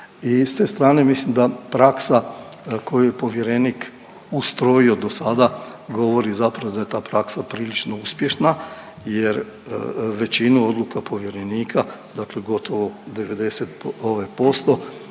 i s te strane, mislim da praksa koju povjerenik ustrojio do sada, govori zapravo da je ta praksa prilično uspješna jer većinu odluka povjerenika, dakle gotovo 90%